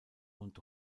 und